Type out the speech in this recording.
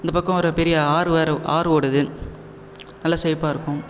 இந்தப் பக்கம் ஒரு பெரிய ஆறு வேறே ஆறு ஓடுது நல்லா செழிப்பாக இருக்கும்